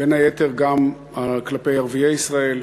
בין היתר גם כלפי ערביי ישראל,